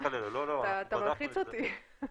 אתה מלחיץ אותי.